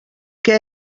què